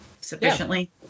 sufficiently